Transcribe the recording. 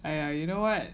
and you know what